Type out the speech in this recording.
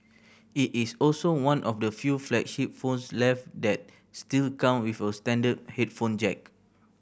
it is also one of the few flagship phones left that still come with a standard headphone jack